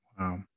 Wow